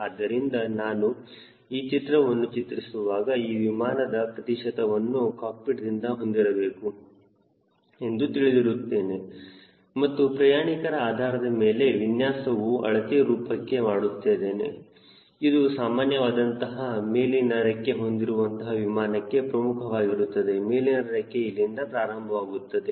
ಆದ್ದರಿಂದ ನಾನು ಈ ಚಿತ್ರವನ್ನು ಚಿತ್ರಿಸುವಾಗ ಈ ಪ್ರಮಾಣದ ಪ್ರತಿಶತವನ್ನು ಕಾಕ್ಪಿಟ್ದಿಂದ ಹೊಂದಿರಬೇಕು ಎಂದು ತಿಳಿದುಕೊಂಡಿರುತ್ತೇನೆ ಮತ್ತು ಪ್ರಯಾಣಿಕರ ಆಧಾರದ ಮೇಲೆ ವಿನ್ಯಾಸವನ್ನು ಅಳತೆ ರೂಪಕ್ಕೆ ಮಾಡುತ್ತೇನೆ ಇದು ಸಾಮಾನ್ಯ ವಾದಂತಹ ಮೇಲಿನ ರೆಕ್ಕೆ ಹೊಂದಿರುವಂತಹ ವಿಮಾನಕ್ಕೆ ಪ್ರಮುಖವಾಗಿರುತ್ತದೆ ಮೇಲಿನ ರೆಕ್ಕೆಯು ಇಲ್ಲಿಂದ ಪ್ರಾರಂಭವಾಗುತ್ತದೆ